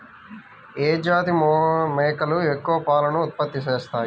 ఏ జాతి మేకలు ఎక్కువ పాలను ఉత్పత్తి చేస్తాయి?